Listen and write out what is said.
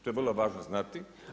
To je vrlo važno znati.